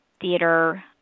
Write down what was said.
theater